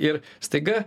ir staiga